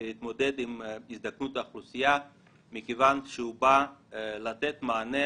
להתמודד עם הזדקנות האוכלוסייה מכיוון שהוא בא לתת מענה